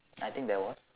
I think there was